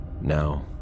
Now